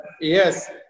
Yes